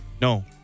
No